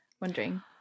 wondering